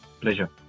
Pleasure